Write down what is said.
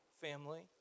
family